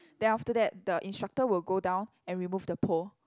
then after that the instructor will go down and remove the pole